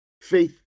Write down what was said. faith